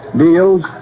deals